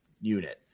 unit